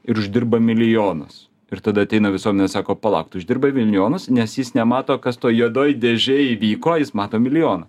ir uždirba milijonus ir tada ateina visuomenė sako palauk tu uždirbai milijonus nes jis nemato kas toj juodoj dėžėj įvyko jis mato milijoną